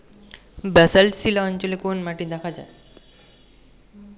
Basalt শিলা অঞ্চলে কোন মাটি দেখা যায়?